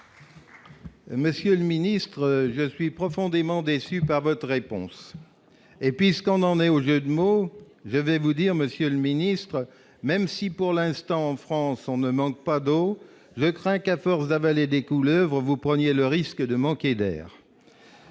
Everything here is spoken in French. Monsieur le ministre, je suis profondément déçu par votre réponse et puisqu'on en est aux yeux du monde, je vais vous dire monsieur le ministre, même si pour l'instant en France, on ne manque pas d'eau, je crains qu'à force d'avaler des couleuvres, vous prenez le risque de manquer d'air.